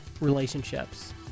relationships